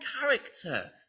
character